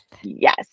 Yes